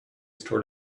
store